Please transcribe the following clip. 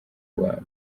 rwanda